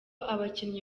abakinnyi